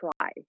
try